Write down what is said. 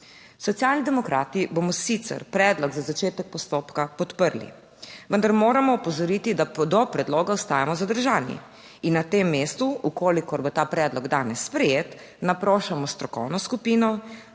Socialni demokrati bomo sicer predlog za začetek postopka podprli, vendar moramo opozoriti, da do predloga ostajamo zadržani in na tem mestu, v kolikor bo ta predlog danes sprejet, naprošamo strokovno skupino,